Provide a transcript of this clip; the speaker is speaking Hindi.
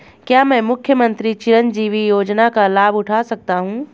क्या मैं मुख्यमंत्री चिरंजीवी योजना का लाभ उठा सकता हूं?